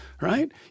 right